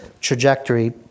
trajectory